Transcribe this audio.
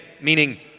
meaning